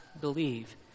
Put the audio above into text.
believe